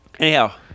anyhow